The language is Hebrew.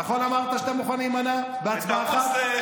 נכון אמרת שאתם מוכנים להימנע בהצבעה אחת?